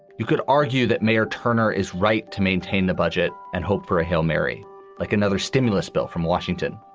you could argue that mayor turner is right to maintain the budget and hope for a hail mary like another stimulus bill from washington.